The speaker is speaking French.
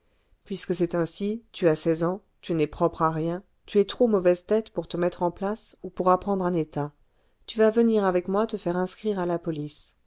puisque c'est ainsi tu as seize ans tu n'es propre à rien tu es trop mauvaise tête pour te mettre en place ou pour apprendre un état tu vas venir avec moi te faire inscrire à la police